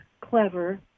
clever